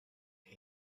big